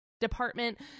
department